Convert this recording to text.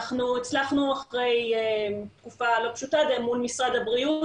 הצלחנו אחרי תקופה לא פשוטה ואל מול משרד הבריאות